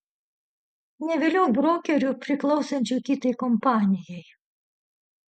neviliok brokerių priklausančių kitai kompanijai